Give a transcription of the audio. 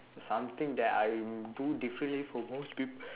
something that I do differently from most pe~